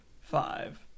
five